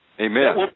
Amen